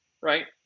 Right